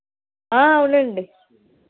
అవునండి